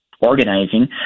organizing